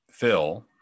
Phil